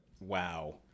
Wow